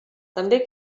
també